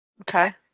Okay